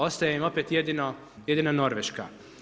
Ostaje im opet jedino Norveška.